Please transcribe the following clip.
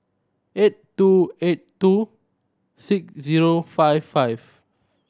eight two eight two six zero five five